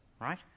right